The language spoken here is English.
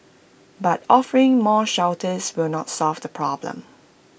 but offering more shelters will not solve the problem